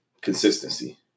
consistency